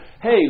Hey